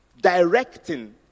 directing